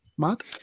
Mark